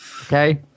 Okay